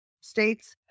states